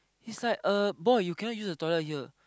is like uh boy you cannot use the toilet here